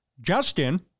Justin